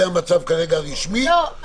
זה המצב הרשמי כרגע,